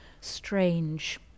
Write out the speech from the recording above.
strange